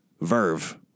verve